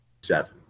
Seven